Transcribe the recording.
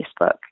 Facebook